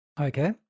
Okay